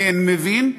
כן מבין,